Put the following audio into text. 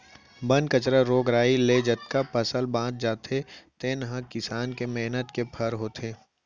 बन कचरा, रोग राई ले जतका फसल बाँच जाथे तेने ह किसान के मेहनत के फर होथे